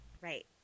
Right